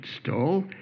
stole